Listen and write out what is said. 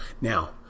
Now